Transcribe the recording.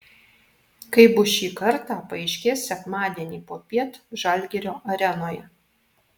kaip bus šį kartą paaiškės sekmadienį popiet žalgirio arenoje